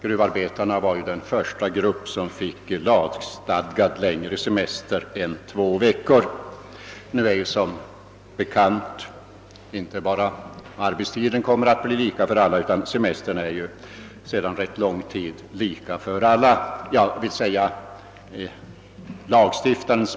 Gruvarbetarna var den första grupp som fick lagstadgad längre semester än två veckor. Inte bara arbetstiden kommer att bli lika för alla, utan även semestern är sedan rätt lång tid lika lång för alla, d.v.s. enligt lagen.